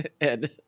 Ed